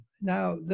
Now